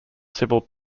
civil